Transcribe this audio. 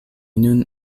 nun